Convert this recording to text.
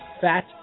Fat